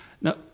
Now